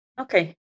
Okay